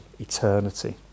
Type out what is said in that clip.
eternity